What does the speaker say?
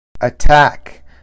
Attack